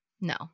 No